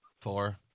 Four